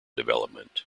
development